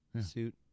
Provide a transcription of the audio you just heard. suit